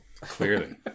clearly